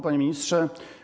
Panie Ministrze!